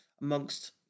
amongst